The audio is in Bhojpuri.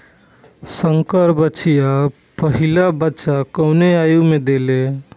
संकर बछिया पहिला बच्चा कवने आयु में देले?